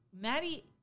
Maddie